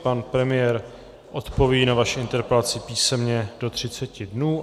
Pan premiér odpoví na vaši interpelaci písemně do třiceti dnů.